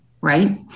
right